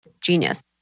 Genius